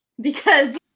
because-